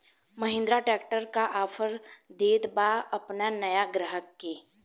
Mahindra tractor का offer देत बा अपना नया ग्राहक के?